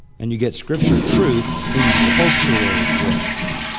and you get scripture truth in cultural dress.